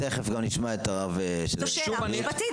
תיכף גם נשמע את הרב --- זו שאלה משפטית,